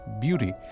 beauty